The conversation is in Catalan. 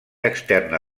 externa